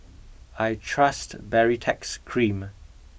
I trust Baritex cream